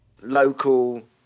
..local